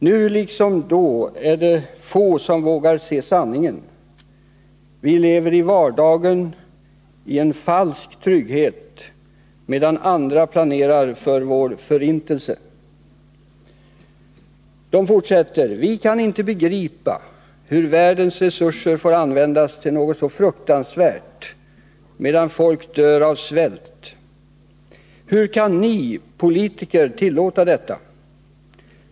Nu liksom då är det få som vågar se sanningen. Vi lever i vardagen i en falsk trygghet medan andra planerar för vår förintelse.” De fortsätter: ”Vi kan inte begripa, hur världens resurser får användas till något så fruktansvärt, medan folk dör av svält. Hur kan ni politiker tillåta detta?